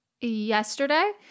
yesterday